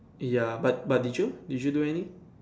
ya but but did you did you do any